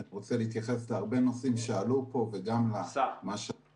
אני רוצה להתייחס להרבה נושאים שעלו פה וגם מה ששאלת.